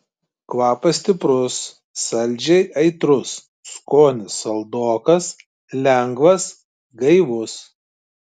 kvapas stiprus saldžiai aitrus skonis saldokas lengvas gaivus